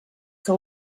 que